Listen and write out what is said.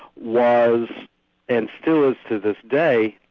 was and still is to this day,